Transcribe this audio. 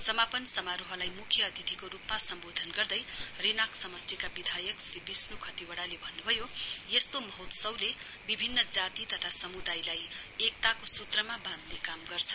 समापन समारोहलाई मुख्य अतिथिको रुपमा सम्बोधन गर्दै रिनाक समष्टिका विधायक श्री विष्णु खतिवड़ाले भन्नुभयो यस्तो महोत्सवले विभिन्न जाति तथा समुदायलाई एकताको सूत्रमा बाँह्वने काम गर्छ